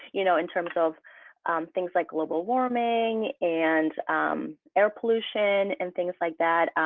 you know, in terms of things like global warming and air pollution and things like that.